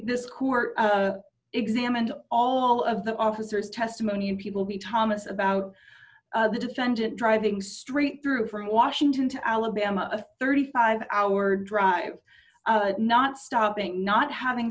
this court examined all of the officers testimony and people be thomas about the defendant driving straight through from washington to alabama a thirty five hour drive not stopping not having